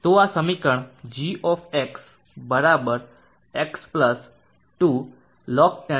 તો આ સમીકરણ g x 2 log10 abx 0